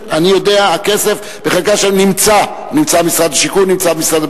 אני יודע שהכסף נמצא, נמצא במשרד השיכון,